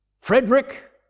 Frederick